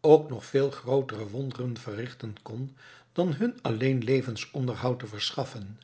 ook nog veel grootere wonderen verrichten kon dan hun alleen levensonderhoud te verschaffen